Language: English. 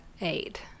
eight